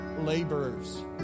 laborers